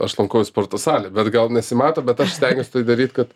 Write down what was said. aš lankau sporto salę bet gal nesimato bet aš stengiuosi tai daryt kad